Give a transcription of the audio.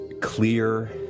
clear